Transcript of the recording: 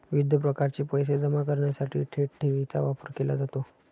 विविध प्रकारचे पैसे जमा करण्यासाठी थेट ठेवीचा वापर केला जातो